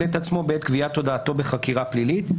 את עצמו בעת גביית הודעתו בחקירה פלילית.